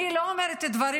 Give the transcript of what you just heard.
אני לא אומרת דברים